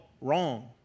wrong